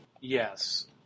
Yes